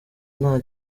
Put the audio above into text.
nta